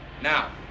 now